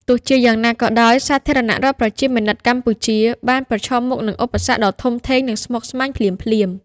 ទោះជាយ៉ាងណាក៏ដោយសាធារណរដ្ឋប្រជាមានិតកម្ពុជា បានប្រឈមមុខនឹងឧបសគ្គដ៏ធំធេង និងស្មុគស្មាញភ្លាមៗ។